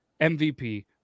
MVP